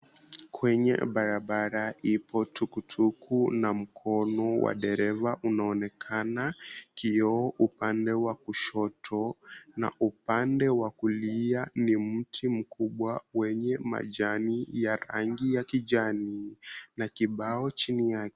Kwenye barabara ipo tukutuku na mkono wa dereva unaonekana. Kioo upande wa kushoto na upande wa kulia ni mti mkubwa wenye majani ya rangi ya kijani na kibao chini yake.